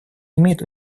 имеет